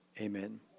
Amen